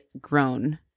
grown